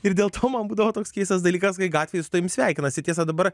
ir dėl to man būdavo toks keistas dalykas kai gatvėj su tavim sveikinasi tiesa dabar